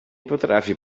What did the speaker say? potrafię